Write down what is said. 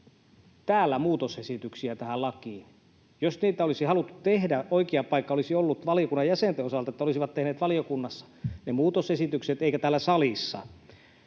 täällä muutosesityksiä tähän lakiin. Jos niitä olisi haluttu tehdä, oikea paikka olisi ollut valiokunnan jäsenten osalta, että olisivat tehneet valiokunnassa ne muutosesitykset eivätkä täällä salissa.